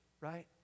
right